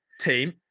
team